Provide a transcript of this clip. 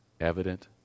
evident